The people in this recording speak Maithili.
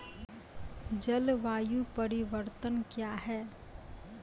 जलवायु परिवर्तन कया हैं?